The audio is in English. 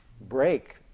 break